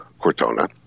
Cortona